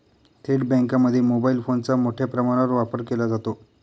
थेट बँकांमध्ये मोबाईल फोनचा मोठ्या प्रमाणावर वापर केला जातो